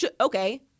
Okay